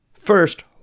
First